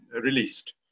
released